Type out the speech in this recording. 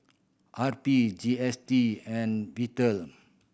R P G S T and Peter